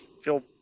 feel